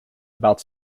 about